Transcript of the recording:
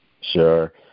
Sure